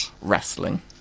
wrestling